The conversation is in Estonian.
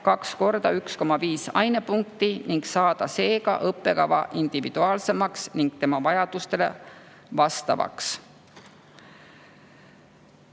1,5 ainepunkti ning saada seega õppekava individuaalsemaks ning oma vajadustele vastavaks.